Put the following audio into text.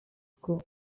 uko